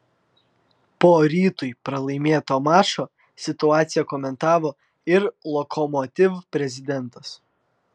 po rytui pralaimėto mačo situaciją komentavo ir lokomotiv prezidentas